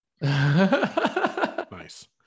Nice